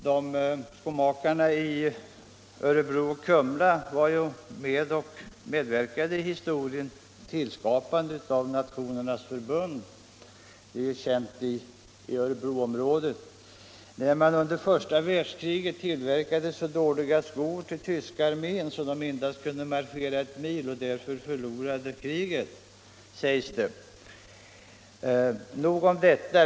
Det sägs i Örebroområdet att skomakarna i Örebro och Kumla medverkade till skapandet av Nationernas förbund när de under första världskriget tillverkade så dåliga skor till tyska armén att den endast kunde marschera en mil och därmed förlorade kriget. Nog om detta.